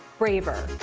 braver,